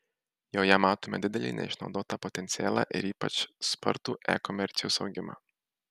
joje matome didelį neišnaudotą potencialą ir ypač spartų e komercijos augimą